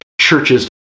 churches